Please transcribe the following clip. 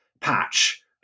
patch